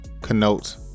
connotes